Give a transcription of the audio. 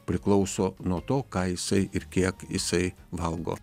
priklauso nuo to ką jisai ir kiek jisai valgo